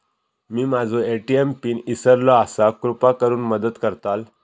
मी माझो ATM PIN इसरलो आसा कृपा करुन मदत करताल